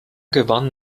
gewann